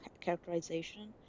characterization